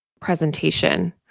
presentation